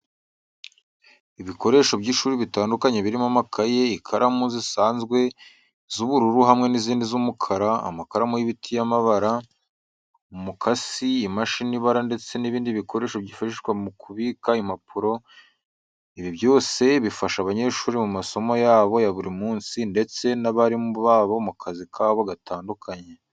Ibikoresho by’ishuri bitandukanye birimo amakaye, ikaramu zisanzwe z'ubururu hamwe n'izindi z'umukara, amakaramu y'ibiti y’amabara, umukasi, imashini ibara ndetse n’ibindi bikoresho byifashishwa mu kubika impapuro. Ibi byose bifasha abanyeshuri mu masomo yabo ya buri munsi ndetse n’abarimu babo mu kazi kabo gatandukanye.